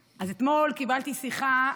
אז אתמול קיבלתי שיחה,